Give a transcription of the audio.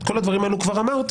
כל הדברים האלה כבר אמרתי,